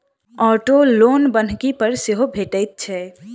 auto loan बन्हकी पर सेहो भेटैत छै